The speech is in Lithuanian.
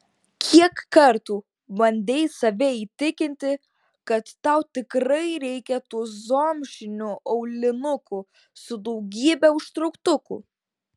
kiek kartų bandei save įtikinti kad tau tikrai reikia tų zomšinių aulinukų su daugybe užtrauktukų